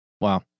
Wow